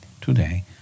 Today